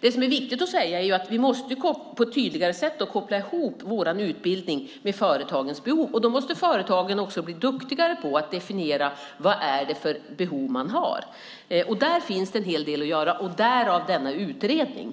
Det som är viktigt att säga är att vi på ett tydligare sätt måste koppla ihop vår utbildning med företagens behov. Då måste företagen också bli duktigare på att definiera vilka behov som de har. Där finns det en hel del att göra, därav denna utredning.